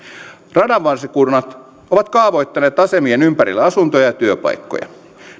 radanvarsikunnat ovat kaavoittaneet asemien ympärille asuntoja ja työpaikkoja